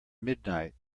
midnight